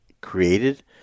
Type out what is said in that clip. created